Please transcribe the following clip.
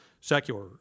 secular